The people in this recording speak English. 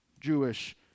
Jewish